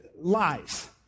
lies